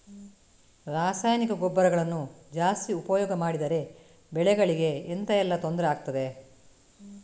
ರಾಸಾಯನಿಕ ಗೊಬ್ಬರಗಳನ್ನು ಜಾಸ್ತಿ ಉಪಯೋಗ ಮಾಡಿದರೆ ಬೆಳೆಗಳಿಗೆ ಎಂತ ಎಲ್ಲಾ ತೊಂದ್ರೆ ಆಗ್ತದೆ?